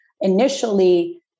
initially